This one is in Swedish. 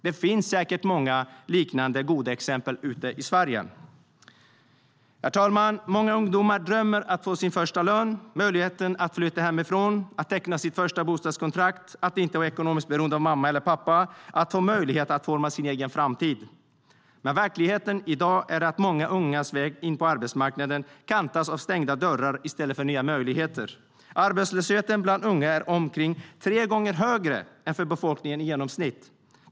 Det finns säkert många liknande goda exempel ute i Sverige.Herr talman! Många ungdomar drömmer om att få sin första lön, att få möjlighet att flytta hemifrån, att teckna sitt första bostadskontrakt, att inte vara ekonomiskt beroende av mamma eller pappa och att få möjlighet att forma sin egen framtid. Men verkligheten i dag är att många ungas väg in på arbetsmarknaden kantas av stängda dörrar i stället för nya möjligheter. Arbetslösheten bland unga är omkring tre gånger högre än bland befolkningen i genomsnitt.